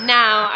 now